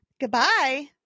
Goodbye